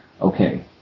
okay